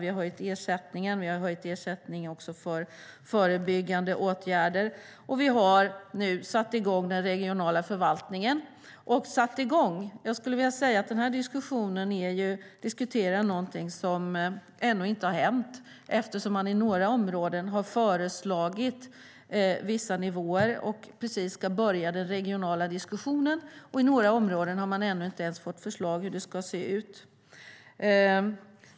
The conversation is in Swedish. Vi har höjt ersättningen, också för förebyggande åtgärder, och vi har nu satt i gång den regionala förvaltningen. Den här diskussionen handlar egentligen om något som ännu inte har hänt. I några områden har man ju föreslagit vissa nivåer och ska precis börja den regionala diskussionen, och i några områden har man ännu inte ens fått förslag om hur det ska se ut.